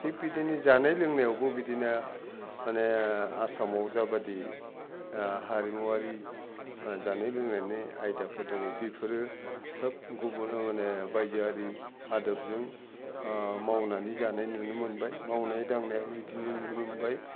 थिग बिदिनो जानाय लोंनायावबो बिदिनो माने आसामाव जाबायदि हारिमुवारि जानाय लोंनायनि आयदाफोर दङ बेफोरो सोब गुबुन समानै बायजोयारि आदबजों मावनानै जानाय नुनो मोनबाय मावनाय दांनायाबो बिदिनो नुनो मोनबाय